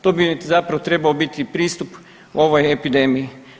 To bi zapravo trebao biti pristup ovoj epidemiji.